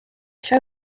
show